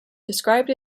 described